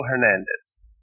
Hernandez